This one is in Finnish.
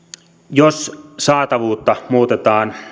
jos saatavuutta muutetaan